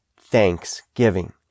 Thanksgiving